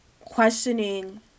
questioning